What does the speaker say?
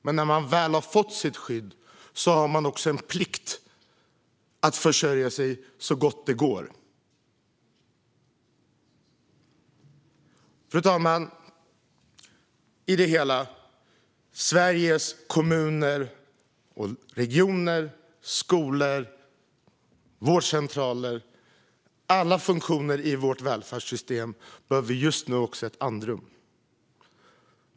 Men när man väl har fått sitt skydd har man också en plikt att försörja sig så gott det går. Fru talman! I det hela: Sveriges kommuner, regioner, skolor och vårdcentraler och alla funktioner i vårt välfärdssystem behöver just nu ett andrum.